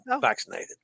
vaccinated